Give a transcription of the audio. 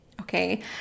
Okay